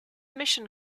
mission